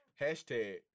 Hashtag